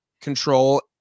control